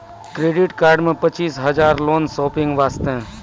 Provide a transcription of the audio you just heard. Credit card मे पचीस हजार हजार लोन शॉपिंग वस्ते?